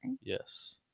Yes